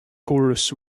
chorus